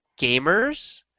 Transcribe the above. gamers